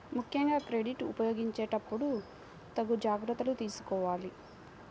ముక్కెంగా క్రెడిట్ ఉపయోగించేటప్పుడు తగు జాగర్తలు తీసుకోవాలి